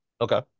Okay